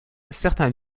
certains